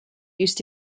used